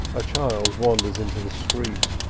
a child wanders into the street,